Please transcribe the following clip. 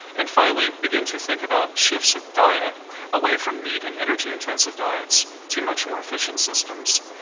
and finally begin to think about shifts of diet away from meat and energy intensive diets to much more efficient systems,